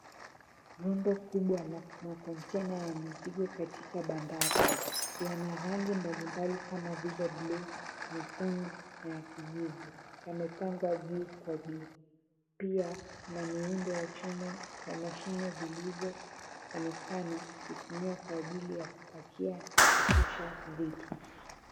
Muundo mkubwa wa konteina ya mzigo katika bahari, yana rangi mbali mbali kama vile buluu, nyekundu na ya kijivu. Yamepangwa juu kwa juu. Pia Kuna miundo ya chuma ya mashini zilizoonekana kutumia kwa ajili ya kupakia na kushusha vitu.